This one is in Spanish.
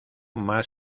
más